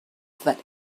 that